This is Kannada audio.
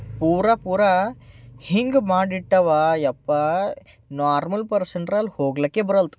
ಪೂರ ಪೂರಾ ಹಿಂಗ ಮಾಡಿಟ್ಟಾವ ಅಪ್ಪಾ ನಾರ್ಮಲ್ ಪರ್ಸನರೆ ಅಲ್ಲಿ ಹೋಗಲಿಕ್ಕೆ ಬರಲ್ದು